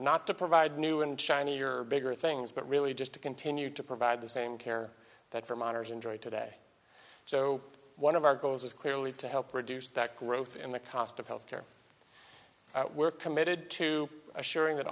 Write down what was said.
not to provide new and shiny your bigger things but really just to continue to provide the same care that vermonters enjoy today so one of our goals is clearly to help reduce that growth in the cost of health care that we're committed to assuring that